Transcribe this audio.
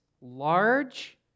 large